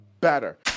better